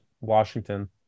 Washington